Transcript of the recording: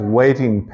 waiting